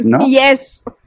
Yes